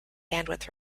bandwidth